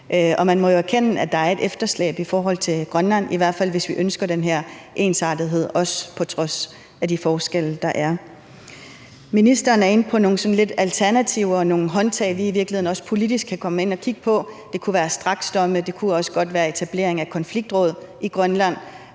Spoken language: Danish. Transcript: og man må jo erkende, at der er et efterslæb i forhold til Grønland, i hvert fald hvis vi ønsker den her ensartethed, også på trods af de forskelle, der er. Ministeren er inde på nogle sådan lidt alternativer og nogle håndtag, vi i virkeligheden også politisk kan komme ind og kigge på – det kunne være straksdomme, og det kunne også godt være etablering af konfliktråd i Grønland